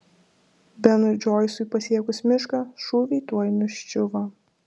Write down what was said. benui džoisui pasiekus mišką šūviai tuoj nuščiuvo